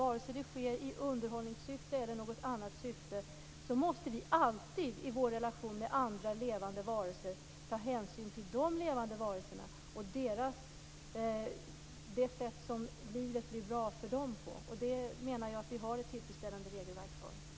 Vare sig det sker i underhållningssyfte eller i något annat syfte måste vi alltid i vår relation till andra levande varelser ta hänsyn till de levande varelserna och det sätt på vilket livet blir bra för dem. Jag anser att vi har ett tillfredsställande regelverk för det.